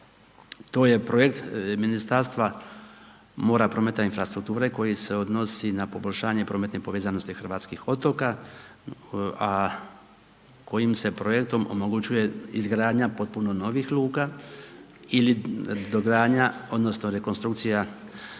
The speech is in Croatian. to je projekt Ministarstva mora, prometa i infrastrukture koji se odnosi na poboljšanje prometne povezanosti hrvatskih otoka, a kojim se projektom omogućuje izgradnja potpuno novih luka ili dogradnja odnosno rekonstrukcija